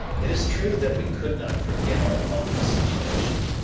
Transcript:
it is true that we could not forget our awful situation.